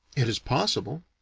it is possible.